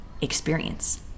experience